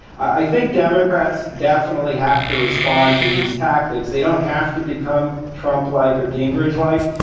i think democrats definitely have to respond to these tactics. they don't have to become trump like or gingrich like.